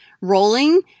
rolling